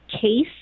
case